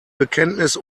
bekenntnis